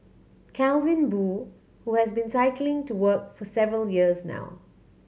Calvin Boo who has been cycling to work for several years now